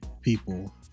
people